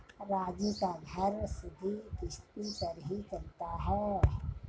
राजू का घर सुधि किश्ती पर ही चलता है